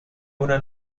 una